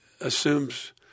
assumes